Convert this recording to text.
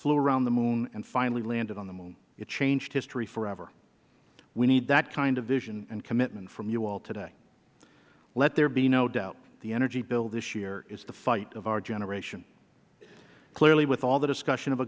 flew around the moon and finally landed on the moon it changed history forever we need that kind of vision and commitment from you all today let there be no doubt the energy bill this year is the fight of our generation clearly with all the discussion of a